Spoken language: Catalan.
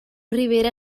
ribera